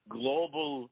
global